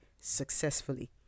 successfully